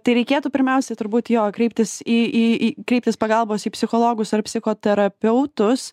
tai reikėtų pirmiausiai turbūt jo kreiptis į į į kreiptis pagalbos į psichologus ar psichoterapeutus